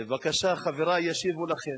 בבקשה, חברי ישיבו לכם.